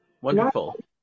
Wonderful